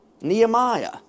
Nehemiah